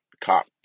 cop